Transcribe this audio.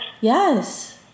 Yes